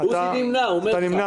אתה נמנע?